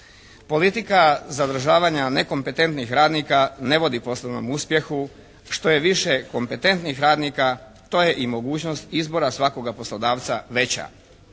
Politika zadržavanja nekompetentnih radnika ne vodi poslovnom uspjehu. Što je više kompetentnih radnika to je .i mogućnost izbora svakoga poslodavca veća.